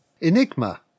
Enigma